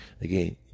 again